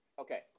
okay